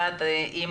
אם